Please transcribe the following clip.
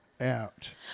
out